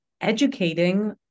educating